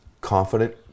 Confident